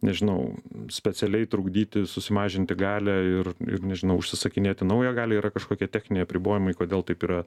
nežinau specialiai trukdyti susimažinti galią ir ir nežinau užsisakinėti naują galią yra kažkokie techniniai apribojimai kodėl taip yra